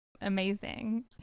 amazing